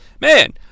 Man